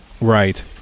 Right